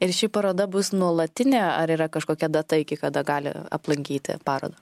ir ši paroda bus nuolatinė ar yra kažkokia data iki kada gali aplankyti parodą